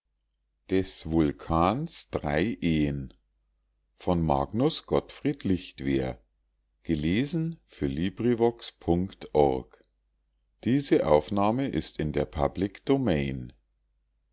magnus gottfried lichtwer